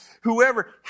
whoever